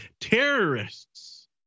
Terrorists